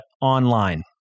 online